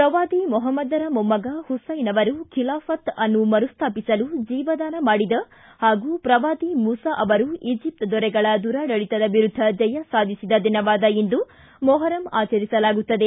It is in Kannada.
ಪ್ರವಾದಿ ಮೊಹಮ್ನದರ ಮೊಮ್ನಗ ಹುಸೈನ್ ಅವರು ಖಿಲಾಫತ್ ಅನ್ನು ಮರುಸ್ಥಾಪಿಸಲು ಜೀವದಾನ ಮಾಡಿದ ಹಾಗೂ ಶ್ರವಾದಿ ಮೂಸಾ ಅವರು ಈಜಿಪ್ಟ್ ದೊರೆಗಳ ದುರಾಡಳಿತದ ವಿರುದ್ಧ ಜಯ ಸಾಧಿಸಿದ ಈ ದಿನವಾದ ಇಂದು ಮೊಹರಂ ಆಚರಿಸಲಾಗುತ್ತದೆ